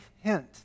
hint